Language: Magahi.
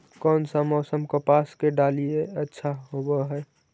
कोन सा मोसम कपास के डालीय अच्छा होबहय?